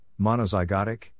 monozygotic